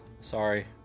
Sorry